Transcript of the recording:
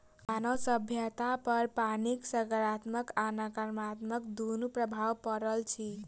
मानव सभ्यतापर पानिक साकारात्मक आ नाकारात्मक दुनू प्रभाव पड़ल अछि